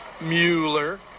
Mueller